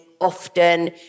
often